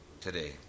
today